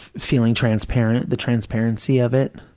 feeling transparent, the transparency of it,